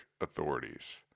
authorities